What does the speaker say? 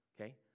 okay